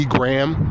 Graham